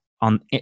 on